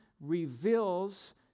reveals